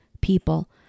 people